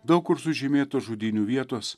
daug kur sužymėtos žudynių vietos